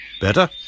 Better